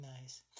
nice